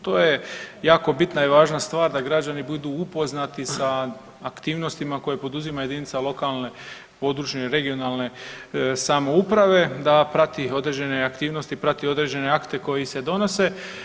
To je jako bitna i važna stvar da građani budu upoznati sa aktivnostima koje poduzima jedinica lokalne, područne i regionalne samouprave da prati određene aktivnosti, prati određene akte koji se donose.